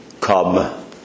come